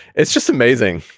it's just amazing.